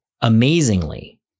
amazingly